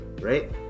right